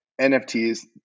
NFTs